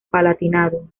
palatinado